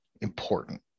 important